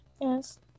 Yes